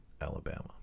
Alabama